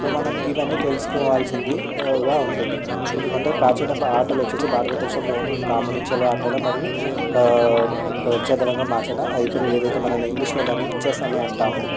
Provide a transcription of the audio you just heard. so మనం ఇవన్నీ తెలుసుకోవాల్సిందిగా ఉంటుంది ఎందుకంటే ప్రాచీన ఆటలు వచ్చేసి భారతదేశంలోని పాము నిచ్చెనల ఆటల మరియు చదరంగం మార్చిన ఎప్పుడు ఏదైతే మనం ఇంగ్లీష్లో దాన్ని చేస్తూనే ఉంటాము